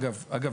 אגב,